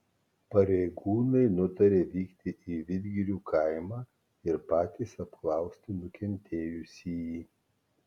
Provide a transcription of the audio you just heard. pareigūnai nutarė vykti į vidgirių kaimą ir patys apklausti nukentėjusįjį